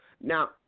now